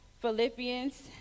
Philippians